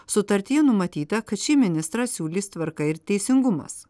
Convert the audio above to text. sutartyje numatyta kad šį ministrą siūlys tvarka ir teisingumas